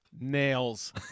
Nails